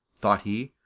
thought he.